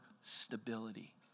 stability